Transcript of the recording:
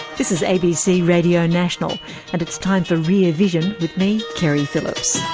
this is abc radio national and it's time for rear vision with me, keri phillips.